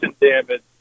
damage